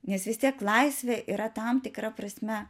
nes vis tiek laisvė yra tam tikra prasme